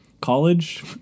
college